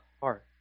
heart